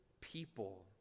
people